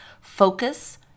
Focus